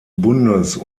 bundes